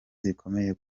zikomeye